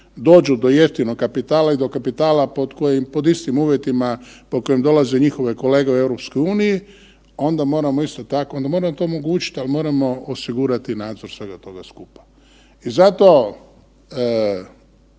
dođu do jeftinog kapitala i do kapitala pod kojim, pod istim uvjetima po kojim dolaze njihove kolege u EU onda moramo isto tako, onda moramo to omogućiti ali moramo osigurati nadzor svega toga skupa. I zato